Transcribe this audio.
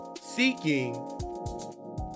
seeking